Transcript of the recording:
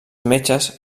metges